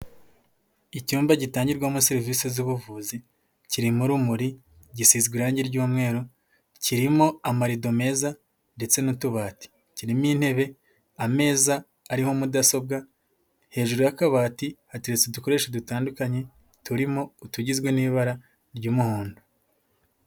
Icyumba gitangirwamo serivisi z'ubuvuzi, kirimo urumuri gisizwe irangi ry'umweru, kirimo amarido meza ndetse n'utubati, kirimo intebe ameza ariho mudasobwa, hejuru y'akabati hateretse udukoresho dutandukanye turimo utugizwe n'ibara ry'umuhondo.